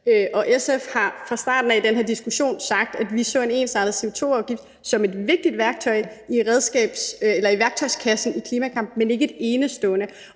SF har fra starten af den her diskussion sagt, at vi så en ensartet CO2-afgift som et vigtigt redskab i værktøjskassen i klimakampen, men ikke som et, der